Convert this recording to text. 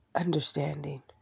understanding